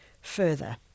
further